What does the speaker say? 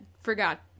forgot